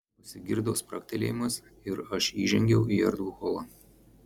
pasigirdo spragtelėjimas ir aš įžengiau į erdvų holą